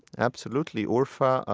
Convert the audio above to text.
absolutely. ah urfa,